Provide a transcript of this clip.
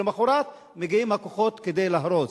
ולמחרת מגיעים הכוחות כדי להרוס?